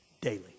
daily